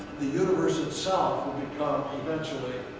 the universe itself will become eventually